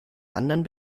anderen